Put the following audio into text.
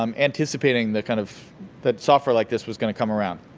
um anticipating that kind of that software like this was gonna come around.